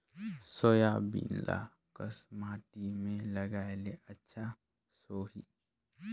Soybean ल कस माटी मे लगाय ले अच्छा सोही?